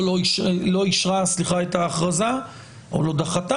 או לא אישרה את ההכרזה או לא דחתה.